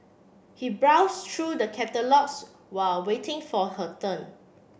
he browsed through the catalogues while waiting for her turn